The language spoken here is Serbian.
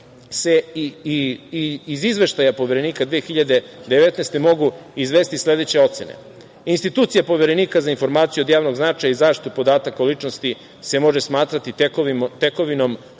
se i iz izveštaja poverenika 2019. godine mogu izvesti sledeće ocene. Institucije poverenika za informacije od javnog značaja i zaštitu podataka o ličnosti se može smatrati tekovinom